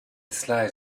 slice